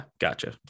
gotcha